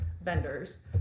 vendors